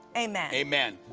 amen. amen.